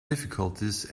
difficulties